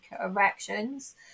erections